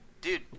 dude